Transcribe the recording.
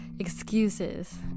Excuses